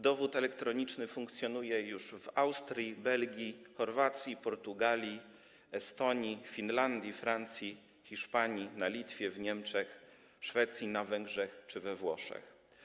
Dowód elektroniczny funkcjonuje już w Austrii, Belgii, Chorwacji, Portugalii, Estonii, Finlandii, we Francji, w Hiszpanii, na Litwie, w Niemczech, Szwecji, na Węgrzech czy we Włoszech.